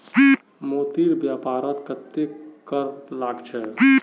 मोतीर व्यापारत कत्ते कर लाग छ